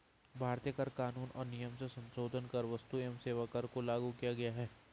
भारतीय कर कानून और नियम में संसोधन कर क्स्तु एवं सेवा कर को लागू किया गया है